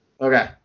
Okay